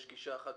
יש גישה שאומרת